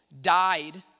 died